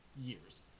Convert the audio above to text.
years